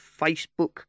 Facebook